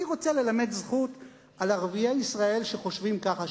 אני רוצה ללמד זכות על ערביי ישראל שחושבים ככה,